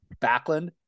Backlund